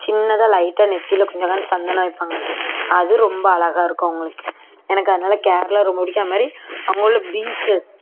சின்னதாக லைட்டாக நெற்றில கொஞ்சம் சந்தனம் வைப்பாங்க அது ரொம்ப அழகா இருக்கும் அவங்களுக்கு எனக்கு அதனால கேரளா ரொம்ப பிடிக்கும் அதுமாதிரி அவங்களோட பீச்சஸ்